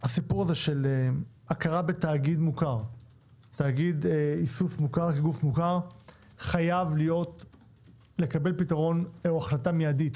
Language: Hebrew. הסיפור הזה של הכרה בתאגיד איסוף כגוף מוכר חייב לקבל החלטה מידית.